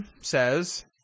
says